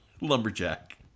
Lumberjack